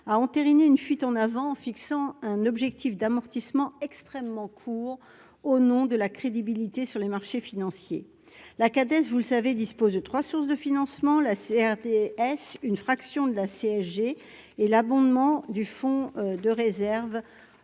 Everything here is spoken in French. a entériné une fuite en avant en fixant un objectif d'amortissement extrêmement court, au nom de la crédibilité sur les marchés financiers, la cadette, vous le savez, dispose de 3 sources de financement, la CRDS, une fraction de la CSG et l'abondement du fonds de réserve